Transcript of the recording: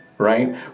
right